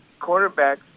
quarterbacks